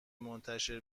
منتشر